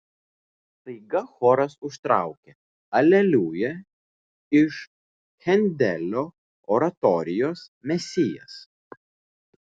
staiga choras užtraukė aleliuja iš hendelio oratorijos mesijas